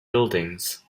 buildings